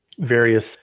various